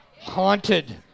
haunted